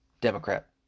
democrat